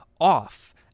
off